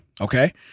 Okay